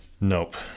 Nope